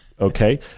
Okay